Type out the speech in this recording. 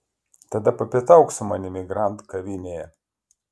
tada papietauk su manimi grand kavinėje